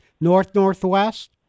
north-northwest